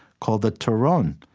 called the taron.